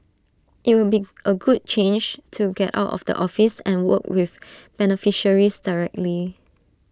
IT would be A good change to get out of the office and work with beneficiaries directly